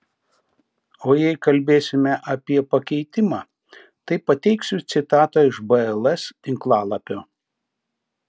o jei kalbėsime apie pakeitimą tai pateiksiu citatą iš bls tinklalapio